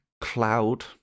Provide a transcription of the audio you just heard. cloud